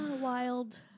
Wild